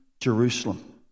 Jerusalem